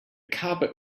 carpet